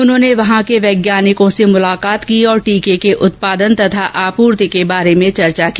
उन्होंने वहां के वैज्ञानिकों से मुलाकात की और टीके के उत्पादन तथा आपूर्ति के बारे में चर्चा की